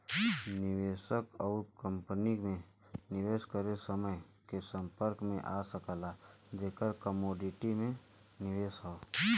निवेशक उ कंपनी में निवेश करके समान के संपर्क में आ सकला जेकर कमोडिटी में निवेश हौ